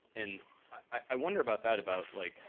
and i wonder about that, about, like,